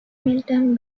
milton